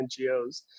NGOs